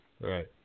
Right